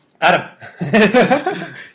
Adam